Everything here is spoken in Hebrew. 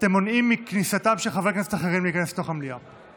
אתם מונעים את כניסתם של חברי כנסת אחרים לתוך המליאה,